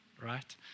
Right